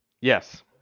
Yes